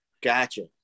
Gotcha